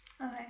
Okay